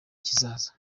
kizaza